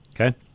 Okay